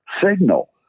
signal